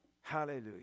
Hallelujah